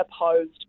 opposed